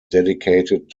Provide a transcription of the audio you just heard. dedicated